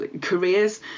careers